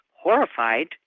horrified